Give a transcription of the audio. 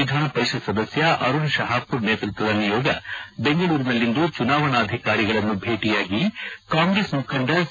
ವಿಧಾನ ಪರಿಷತ್ ಸದಸ್ಕ ಅರುಣ್ ಶಹಪುರ್ ನೇತೃತ್ವದ ನಿಯೋಗ ಬೆಂಗಳೂರಿನಲ್ಲಿಂದು ಚುನಾವಣಾಧಿಕಾರಿಗಳನ್ನು ಭೇಟಿಯಾಗಿ ಕಾಂಗ್ರೆಸ್ ಮುಖಂಡ ಸಿ